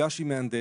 נפגש עם מהנדס,